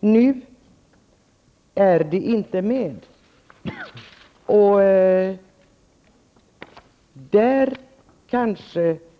Nu finns inte detta med.